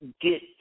get